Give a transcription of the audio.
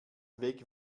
weg